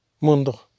Mundo